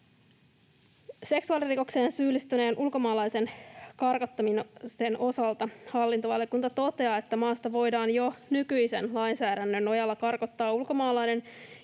Seksuaalirikokseen syyllistyneen ulkomaalaisen karkottamisen osalta hallintovaliokunta toteaa, että maasta voidaan jo nykyisen lainsäädännön nojalla karkottaa ulkomaalainen,